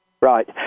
Right